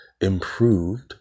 improved